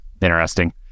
Interesting